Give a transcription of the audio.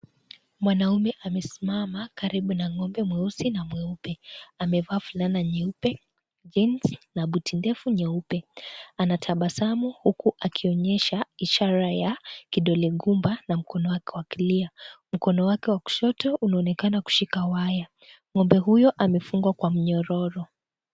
Mwanaume amesimama karibu na ngombe mweusi na mweupe amevaa fulana nyeupe (CS)jeans(CS)na buti ndefu nyeupe , anatabasamu huku akionyesha ishara ya kidole gumba na mkono wake wa kulia . Mkono wake wa kushoto unaonekana kushika waya, ngombe huyo amefungwa Kwa mnyororo.